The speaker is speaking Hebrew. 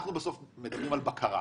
אנחנו מדברים על בקרה.